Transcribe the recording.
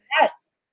Yes